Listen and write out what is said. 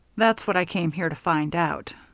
that's what i came here to find out.